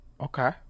okay